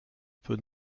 peut